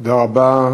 תודה רבה.